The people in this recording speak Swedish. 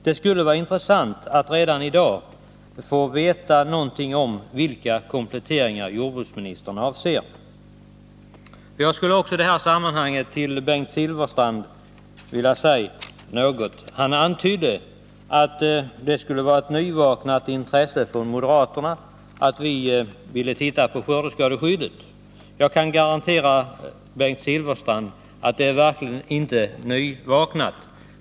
Det skulle vara intressant att redan i dag få veta någonting om vilka kompletteringar jordbruksministern avser. Bengt Silfverstrand antydde att det skulle vara ett nyvaknat intresse hos moderaterna när vi nu ville titta på skördeskadeskyddet. Jag kan garantera Bengt Silfverstrand att det verkligen inte är nyvaknat.